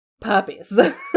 puppies